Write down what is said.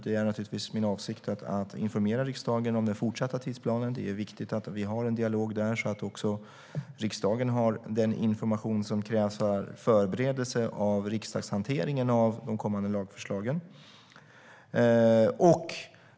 Det är naturligtvis min avsikt att informera riksdagen om den fortsatta tidsplanen. Det är viktigt att vi har en dialog där, så att riksdagen har den information som krävs för förberedelse av riksdagshanteringen av de kommande lagförslagen.